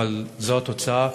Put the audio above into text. אבל זו התוצאה,